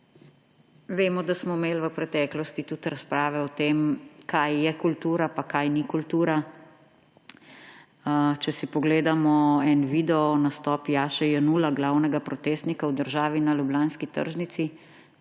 Vemo, da smo imeli v preteklosti tudi razprave o tem, kaj je kultura pa kaj ni kultura. Če si pogledamo video, nastop Jaše Jenulla, glavnega protestnika v državi na ljubljanski tržnici,